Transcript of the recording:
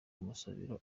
kumusabira